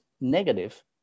negative